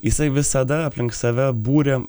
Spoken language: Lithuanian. jisai visada aplink save būrė